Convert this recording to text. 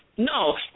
No